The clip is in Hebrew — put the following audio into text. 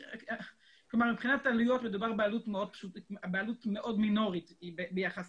מבחינת עלויות מדובר בעלות מאוד מינורית יחסית,